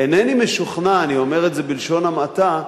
אינני משוכנע, אני אומר את זה בלשון המעטה,